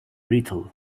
brittle